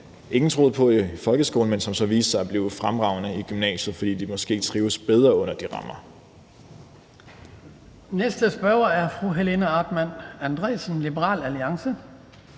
ingen troede på i folkeskolen, men som så viste sig at blive fremragende i gymnasiet, fordi de måske trivedes bedre inden for de rammer. Kl. 11:46 Den fg. formand (Hans Kristian